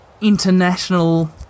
international